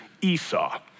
Esau